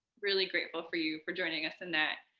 really grateful for you for joining us in that.